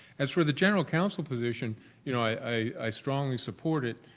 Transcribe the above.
as for the general counsel position, you know i strongly support it.